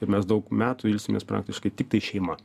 ir mes daug metų ilsimės praktiškai tiktai šeima